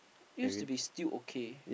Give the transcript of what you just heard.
used to be still okay